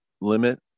limit